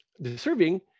deserving